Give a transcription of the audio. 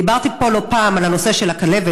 דיברתי פה לא פעם על הנושא של הכלבת